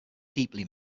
deeply